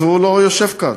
הוא לא יושב כאן.